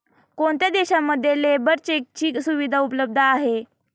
कोणत्या देशांमध्ये लेबर चेकची सुविधा उपलब्ध आहे?